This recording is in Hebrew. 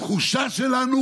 בתחושה שלנו